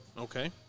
Okay